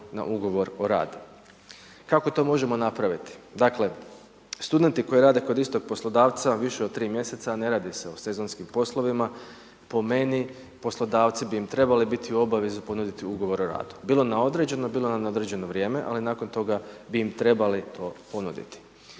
na ugovor o radu. Kako to možemo napraviti? Dakle, studenti koji rade kod istog poslodavca više od 3 mjeseca, ne radi se o sezonskim poslovima, po meni, poslodavci bi im trebali biti u obavezi ponuditi ugovor o radu, bilo na određeno, bilo na neodređeno vrijeme ali nakon toga bi im trebali to ponuditi.